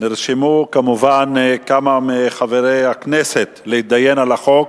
נרשמו כמובן כמה מחברי הכנסת להתדיין על החוק.